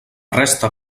resta